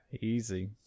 Easy